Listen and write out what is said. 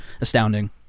astounding